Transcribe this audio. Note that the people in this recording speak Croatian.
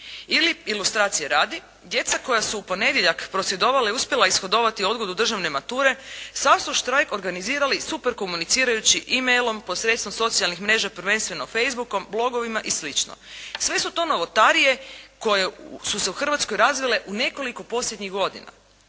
Ili, ilustracije radi. Djeca koja su u ponedjeljak prosvjedovala i uspjela ishodovati odgodu državne mature sav su štrajk organizirali super komunicirajući e-mailom posredstvom socijalnih mreža prvenstveno facebookom, blogovima i slično. Sve su to novotarije koje su se u Hrvatskoj razvile u nekoliko posljednjih godina.